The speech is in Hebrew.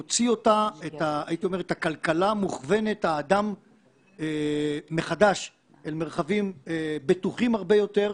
יוציא את הכלכלה מוכוונת האדם מחדש אל מרחבים בטוחים הרבה יותר.